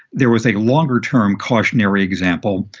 there was a longer term cautionary example.